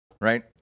right